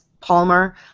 Palmer